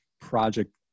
project